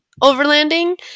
overlanding